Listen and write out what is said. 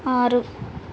ఆరు